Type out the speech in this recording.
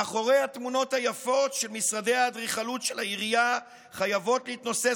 מאחורי התמונות היפות של משרדי האדריכלות של העירייה חייבות להתנוסס